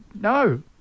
no